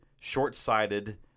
short-sighted